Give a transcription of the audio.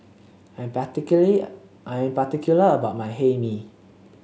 I'm I'm particular about my Hae Mee